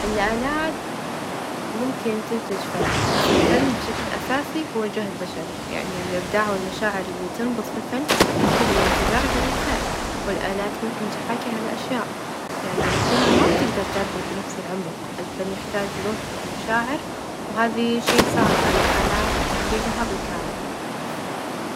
أيوا ممكن تحقيق السلام العالمي، بس يحتاج جهد جماعي، وتعاون بين الدولة يعني لازم -نس- نركز على الحوار ، والتفاهم يعني، ونحل النزاعات بطرق سليمة، التعليم والوعي الثقافي كمان -يعلب- يلعبون دور مهم؛ لإنه يساعدونا في بناء علاقات قوية بين الشعوب، الدعم الإنساني، وتحسين الظروف الإقتصادية هم أساسين لتحقيق الإستقرار، والسلام.